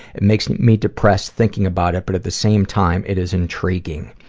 it makes me depressed thinking about it, but at the same time, it is intriguing.